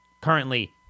currently